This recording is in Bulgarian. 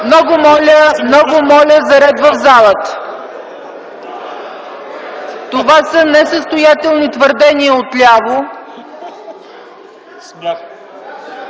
Шум и смях.) Много моля за ред в залата! Това са несъстоятелни твърдения отляво,